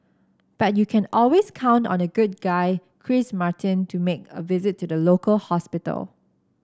but you can always count on good guy Chris Martin to make a visit to the local hospital